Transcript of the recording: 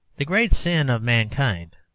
the great sin of mankind,